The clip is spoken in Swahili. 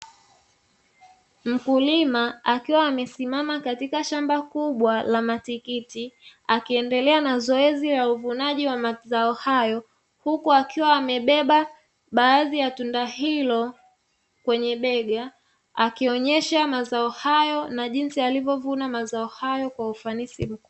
Mkulima akiwa amesimama katika shamba kubwa la matikiti, akiendelea na zoezi la uvunaji wa mazao hayo huku akiwa amebeba baadhi ya tunda hilo kwenye bega akionyesha mazao hayo na jinsi alivyovuna mazao hayo kwa ufanisi mkubwa.